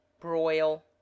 broil